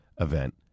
event